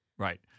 Right